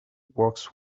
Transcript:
works